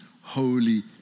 holy